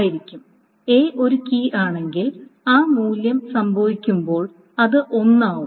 ആയിരിക്കും A ഒരു key ആണെങ്കിൽ ആ മൂല്യം സംഭവിക്കുമ്പോൾ അത് 1 ആവും